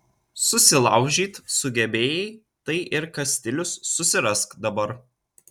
susilaužyt sugebėjai tai ir kastilius susirask dabar